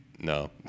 No